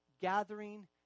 gathering